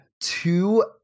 two